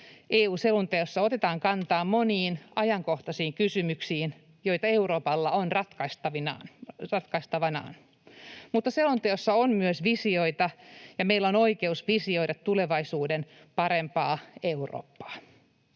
EU-selonteossa otetaan kantaa moniin ajankohtaisiin kysymyksiin, joita Euroopalla on ratkaistavanaan. Mutta selonteossa on myös visioita, ja meillä on oikeus visioida tulevaisuuden parempaa Eurooppaa.